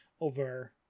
over